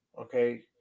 okay